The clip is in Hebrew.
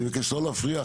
אני מבקש לא להפריע,